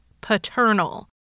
paternal